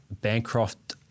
Bancroft